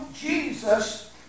Jesus